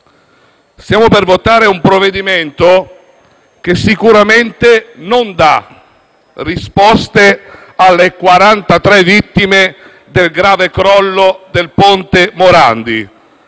Stiamo per votare su un provvedimento che sicuramente non dà risposte alle 43 vittime del grande crollo del ponte Morandi;